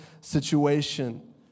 situation